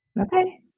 Okay